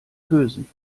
kösen